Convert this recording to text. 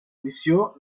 missió